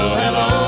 hello